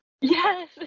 Yes